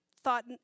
thought